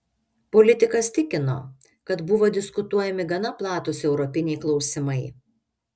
politikas tikino kad buvo diskutuojami gana platūs europiniai klausimai